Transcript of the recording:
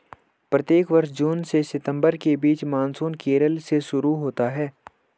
प्रत्येक वर्ष जून से सितंबर के बीच मानसून केरल से शुरू होता है